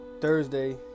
Thursday